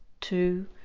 two